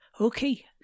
Okay